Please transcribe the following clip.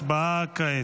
הצבעה כעת.